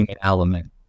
element